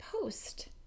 post